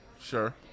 Sure